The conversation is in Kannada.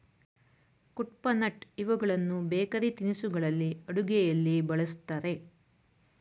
ಕುಡ್ಪನಟ್ ಇವುಗಳನ್ನು ಬೇಕರಿ ತಿನಿಸುಗಳಲ್ಲಿ, ಅಡುಗೆಯಲ್ಲಿ ಬಳ್ಸತ್ತರೆ